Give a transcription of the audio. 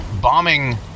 bombing